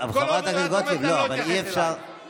כל עוד את עומדת אני לא אתייחס אלייך.